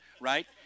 right